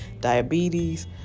Diabetes